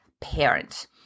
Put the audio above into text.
parent